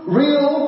real